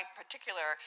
particular